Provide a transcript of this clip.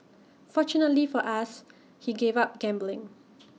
fortunately for us he gave up gambling